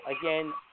Again